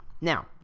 Now